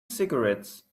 cigarettes